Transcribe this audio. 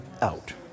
out